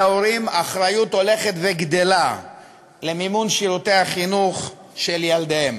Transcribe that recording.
ההורים אחריות הולכת וגדלה למימון שירותי החינוך של ילדיהם.